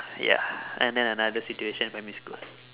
ya and then another situation primary school